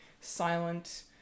Silent